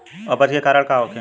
अपच के कारण का होखे?